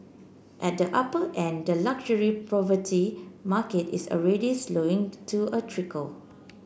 at the upper end the luxury property market is already slowing to a trickle